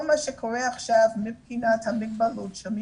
כל מה שקורה עכשיו מבחינת המגבלות של אי